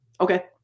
Okay